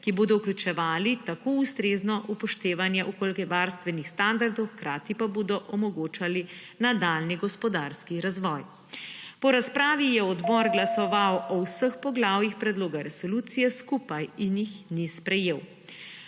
ki bodo vključevali tako ustrezno upoštevanje okoljevarstvenih standardov, hkrati pa bodo omogočali nadaljnji gospodarski razvoj. Po razpravi je odbor glasoval o vseh poglavjih predloga resolucije skupaj in jih ni sprejel.